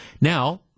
Now